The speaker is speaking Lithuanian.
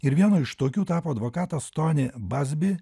ir vienu iš tokių tapo advokatas toni bazbi